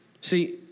See